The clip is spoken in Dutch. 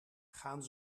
gaan